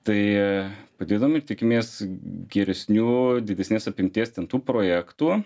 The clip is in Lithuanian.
tai padidinom ir tikimės geresnių didesnės apimties ten tų projektų